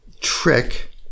trick